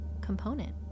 component